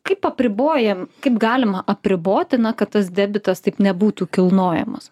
kaip apribojam kaip galima apriboti na kad tas debiutas taip nebūtų kilnojamas